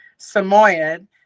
samoyed